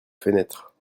fenêtre